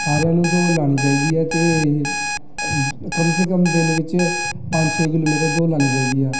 ਸਾਰਿਆਂ ਨੂੰ ਦੌੜ ਲਗਾਉਣੀ ਚਾਹੀਦੀ ਹੈ ਅਤੇ ਕਮ ਸੇ ਕਮ ਦਿਨ ਵਿੱਚ ਪੰਜ ਛੇ ਕਿਲੋਮੀਟਰ ਦੌੜ ਲਗਾਉਣੀ ਚਾਹੀਦੀ ਹੈ